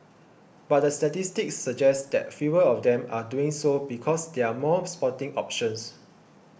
but the statistics suggest that fewer of them are doing so because there are more sporting options